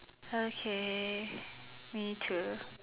okay me too